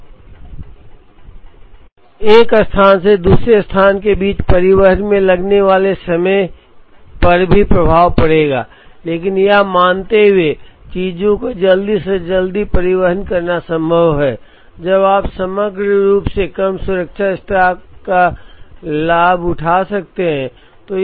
बेशक एक स्थान से दूसरे स्थान के बीच परिवहन में लगने वाले समय पर भी प्रभाव पड़ेगा लेकिन यह मानते हुए कि चीजों को जल्दी से परिवहन करना संभव है जब आप समग्र रूप से कम सुरक्षा स्टॉक का लाभ उठा सकते हैं